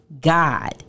God